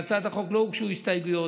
להצעת החוק לא הוגשו הסתייגויות,